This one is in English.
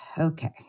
okay